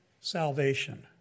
salvation